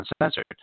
uncensored